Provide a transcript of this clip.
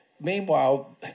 meanwhile